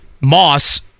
Moss